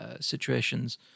situations